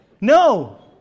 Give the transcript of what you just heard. No